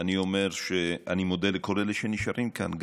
אני אומר שאני מודה לכל אלה שנשארים כאן,